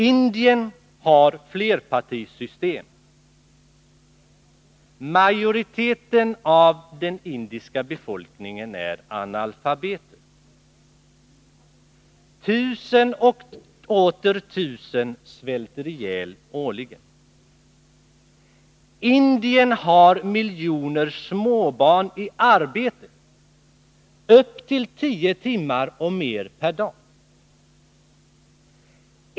Indien har flerpartisystem. Majoriteten av den indiska befolkningen är analfabeter. Tusen och åter tusen svälter ihjäl årligen. Indien har miljoner småbarn i arbete upp till tio timmar och mer per dag.